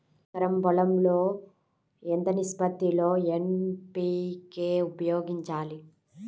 ఎకరం పొలం లో ఎంత నిష్పత్తి లో ఎన్.పీ.కే ఉపయోగించాలి?